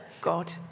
God